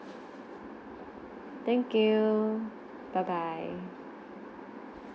thank you bye bye